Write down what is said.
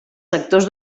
sectors